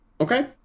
Okay